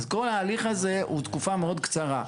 אז כל ההליך הזה הוא תקופה מאוד קצרה.